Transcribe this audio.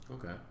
Okay